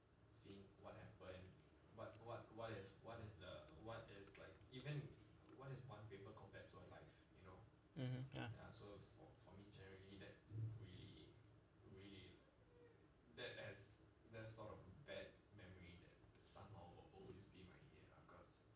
mmhmm ya